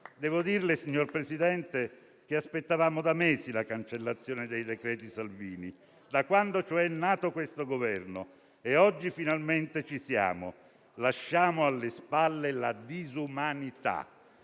Signor Presidente, aspettavamo da mesi la cancellazione dei decreti Salvini, da quando cioè è nato questo Governo, e oggi finalmente ci siamo. Lasciamo alle spalle la disumanità.